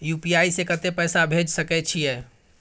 UPI से कत्ते पैसा भेज सके छियै?